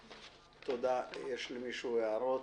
יש למישהו הערות?